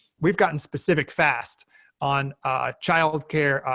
we've gotten specific fast on ah child care,